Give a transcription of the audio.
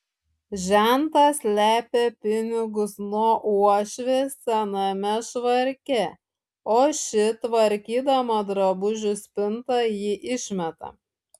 žentas slepia pinigus nuo uošvės sename švarke o ši tvarkydama drabužių spintą jį išmeta